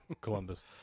Columbus